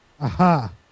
Aha